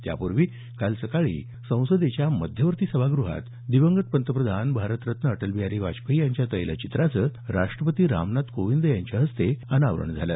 त्यापूर्वी काल सकाळी संसदेच्या मध्यवर्ती सभागृहात दिवंगत पंतप्रधान भारतरत्न अटलबिहारी वाजपेयी यांच्या तैलचित्राचं राष्टपती रामनाथ कोविंद यांच्या हस्ते अनावरण झालं